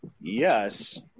yes